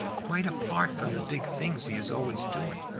quite apart from the big things he is always doing.